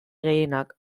gehienak